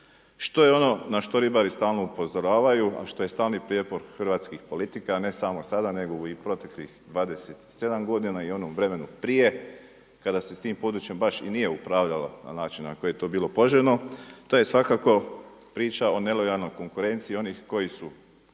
Što je ono na što ribari stalno upozoravaju, a što je stalni prijepor hrvatskih politika, a ne samo sada nego i proteklih 27 godina i u onom vremenu prije kada se s tim područjem baš i nije upravljalo na način na koji je bilo poželjno? To je svakako priča o nelojalnoj konkurenciji onih koji su